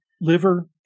liver